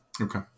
Okay